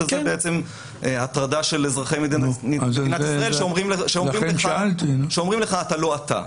שזה הטרדה של אזרחי מדינת ישראל כשאומרים לך: אתה לא אתה.